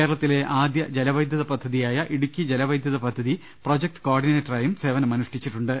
കേരളത്തിലെ ആദ്യ ജലവൈദ്യുത പദ്ധതിയായ ഇടുക്കി ജലവൈദ്യുത പദ്ധതി പ്രൊജക്ട് കോ ഓർഡിനേറ്റ റായും സേവനമനുഷ്ഠിച്ചിട്ടുണ്ട്